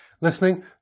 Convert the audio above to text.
listening